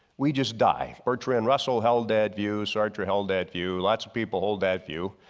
we just die. bertrand russell held that view, sartre held that view, lots of people hold that view,